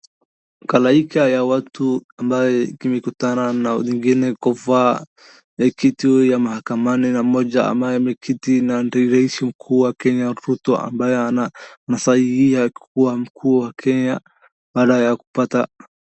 Halaiki ya watu ambao wamekutana, na wengine kuvaa kitu ya mahakamani na mmoja ambaye ameketi na ndio rais hukuwa Kenya futwa ambaye anasahihia kukuwa mkuu wa Kenya baada ya kupata.